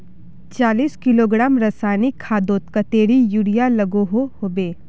चालीस किलोग्राम रासायनिक खादोत कतेरी यूरिया लागोहो होबे?